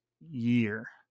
year